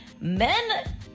men